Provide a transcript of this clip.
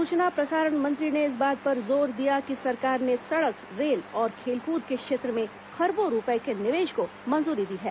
सूचना प्रसारण मंत्री ने इस बात पर जोर दिया कि सरकार ने सड़क रेल और खेलकूद के क्षेत्र में खरबों रूपये के निवेश को मंजूरी दी है